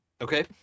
Okay